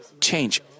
change